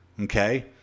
okay